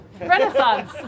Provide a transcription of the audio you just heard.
Renaissance